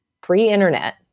pre-internet